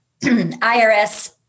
IRS